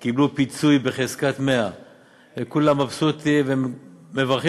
הם קיבלו פיצוי בחזקת 100. כולם מבסוטים ומברכים